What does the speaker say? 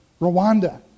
Rwanda